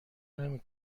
نمی